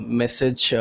message